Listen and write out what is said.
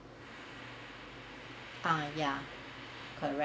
ah ya correct